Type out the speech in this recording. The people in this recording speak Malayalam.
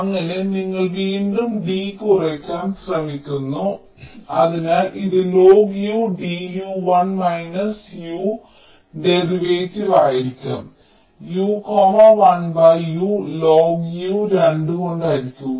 അങ്ങനെ നിങ്ങൾ വീണ്ടും D കുറയ്ക്കാൻ ശ്രമിക്കുന്നു അതിനാൽ ഇത് log U d U 1 minus U derivative ആയിരിക്കും U 1U logU 2 കൊണ്ട് ഹരിക്കുക